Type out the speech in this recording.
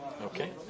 Okay